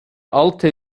alte